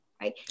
right